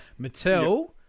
Mattel